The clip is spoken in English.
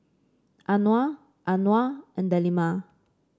Anuar Anuar and Delima